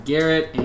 Garrett